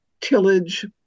tillage